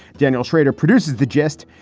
daniel schrader produces the jest.